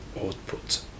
output